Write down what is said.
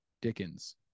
Dickens